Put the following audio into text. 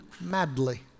madly